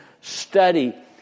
study